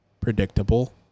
predictable